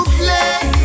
play